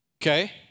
Okay